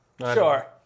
Sure